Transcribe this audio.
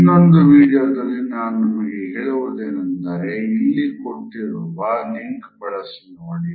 ಇನ್ನೊಂದು ವೀಡಿಯೋದಲ್ಲಿ ನಾನು ನಿಮಗೆ ಹೇಳುವುದೇನೆಂದರೆ ಇಲ್ಲಿ ಕೊಟ್ಟಿರುವ ಲಿಂಕ್ ಬಳಸಿ ನೋಡಿ